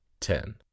ten